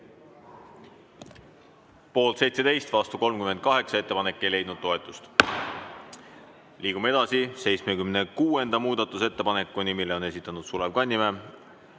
Poolt 17, vastu 38. Ettepanek ei leidnud toetust. Liigume edasi 76. muudatusettepaneku juurde, mille on esitanud Sulev Kannimäe.